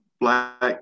Black